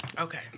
Okay